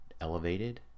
elevated